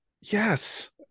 yes